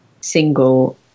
single